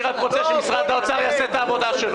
אני רק רוצה שמשרד האוצר יעשה את העבודה שלו.